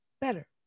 better